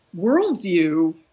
worldview